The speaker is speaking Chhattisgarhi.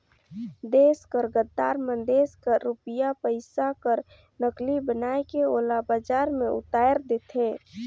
देस कर गद्दार मन देस कर रूपिया पइसा कर नकली बनाए के ओला बजार में उताएर देथे